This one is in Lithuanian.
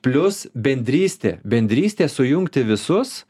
plius bendrystė bendrystė sujungti visus